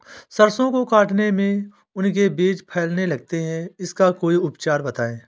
सरसो को काटने में उनके बीज फैलने लगते हैं इसका कोई उपचार बताएं?